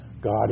God